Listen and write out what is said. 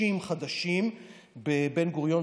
60 חדשים בבן-גוריון,